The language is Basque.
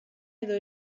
edo